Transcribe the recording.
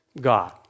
God